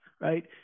right